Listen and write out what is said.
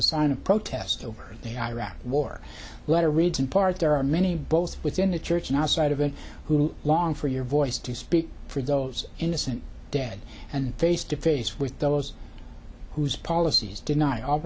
a sign of protest over the iraq war letter reads in part there are many both within the church and outside of it who long for your voice to speak for those innocent dead and face to face with those whose policies deny all